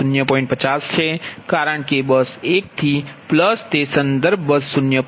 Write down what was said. કારણ કે બસ 1 થી તે સંદર્ભ બસ 0